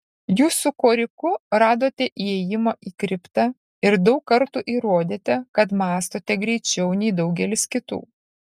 jūs su koriku radote įėjimą į kriptą ir daug kartų įrodėte kad mąstote greičiau nei daugelis kitų